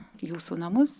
jūsų namus